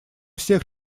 всех